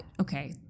Okay